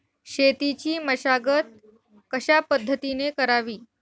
शेतीची मशागत कशापद्धतीने करावी?